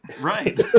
Right